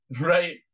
Right